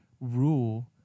rule